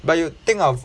but you think of